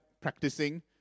practicing